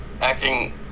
acting